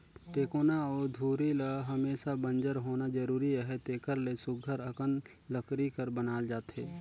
टेकोना अउ धूरी ल हमेसा बंजर होना जरूरी अहे तेकर ले सुग्घर अकन लकरी कर बनाल जाथे